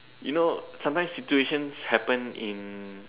you know sometimes situation happen in